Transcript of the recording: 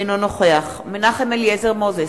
אינו נוכח מנחם אליעזר מוזס,